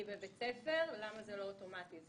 היא בבית ספר ולמה זה לא אוטומטי?